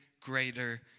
greater